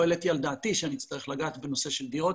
העליתי על דעתי שאצטרך לגעת בנושא של דירות,